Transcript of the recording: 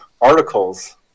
articles